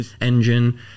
engine